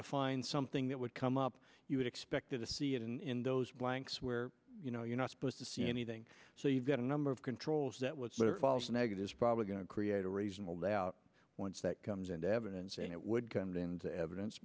to find something that would come up you would expect to see it in those blanks where you know you're not supposed to see anything so you've got a number of controls that was false negatives probably going to create a reasonable doubt once that comes into evidence and it would kind of end the evidence